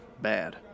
bad